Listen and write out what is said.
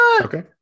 Okay